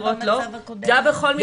למסגרות לא - זה היה בכל מקרה יותר טוב.